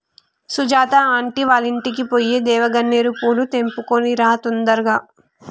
Sujatha aunty వాళ్ళింటికి పోయి దేవగన్నేరు పూలు తెంపుకొని రా తొందరగా